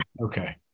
Okay